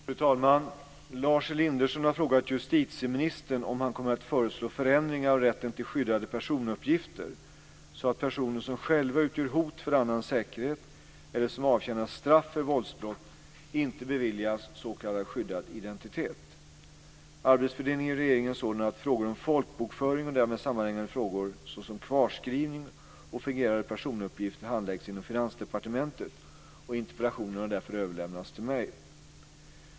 Fru talman! Lars Elinderson har frågat justitieministern om han kommer att föreslå förändringar av rätten till skyddade personuppgifter, så att personer som själva utgör hot för annans säkerhet eller som avtjänar straff för våldsbrott inte beviljas s.k. skyddad identitet. Arbetsfördelningen i regeringen är sådan att frågor om folkbokföring och därmed sammanhängande frågor såsom kvarskrivning och fingerade personuppgifter handläggs inom Finansdepartementet och interpellationen har därför överlämnats till mig.